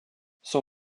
son